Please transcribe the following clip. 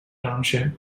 township